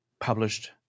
published